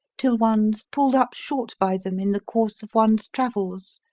till one's pulled up short by them in the course of one's travels.